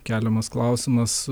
keliamas klausimas